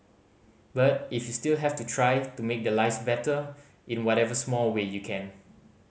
but if you still have to try to make their lives better in whatever small way you can